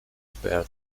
spare